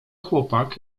chłopak